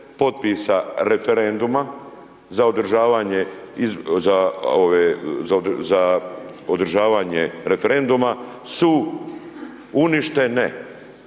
potpisa referenduma za održavanje referenduma su uništene.